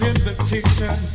invitation